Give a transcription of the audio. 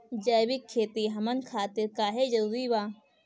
जैविक खेती हमन खातिर काहे जरूरी बा?